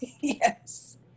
Yes